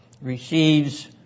receives